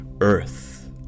Earth